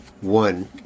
one